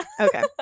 Okay